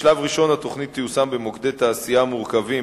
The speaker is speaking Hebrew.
בשלב ראשון התוכנית תיושם במוקדי תעשייה מורכבים,